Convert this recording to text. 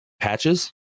patches